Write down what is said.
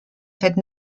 fête